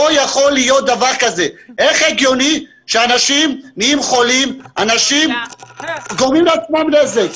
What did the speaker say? איך זה הגיוני שאנשים נהיים חולים ואנשים גורמים לעצמם נזק?